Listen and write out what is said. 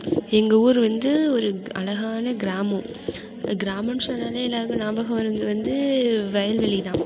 எங்கள் ஊர் வந்து ஒரு அழகான கிராமம் கிராமன்னு சொன்னாலே எல்லாருக்கும் ஞாபகம் வரது வந்து வயல் வெளிதான்